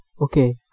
okay